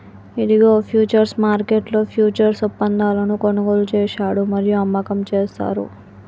ఇదిగో ఫ్యూచర్స్ మార్కెట్లో ఫ్యూచర్స్ ఒప్పందాలను కొనుగోలు చేశాడు మరియు అమ్మకం చేస్తారు